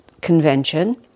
convention